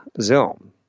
Zoom